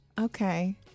Okay